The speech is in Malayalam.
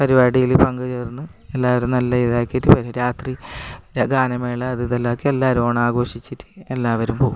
പരിപാടിയിൽ പങ്കു ചേർന്ന് എല്ലാവരും നല്ല ഇതാക്കിയിട്ട് പിന്നെ രാത്രി ഗാനമേള അത് ഇതെല്ലാം ആക്കീ ഓണം ആഘോഷിച്ചിട്ട് എല്ലാവരും പോകും